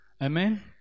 Amen